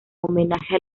homenaje